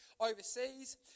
overseas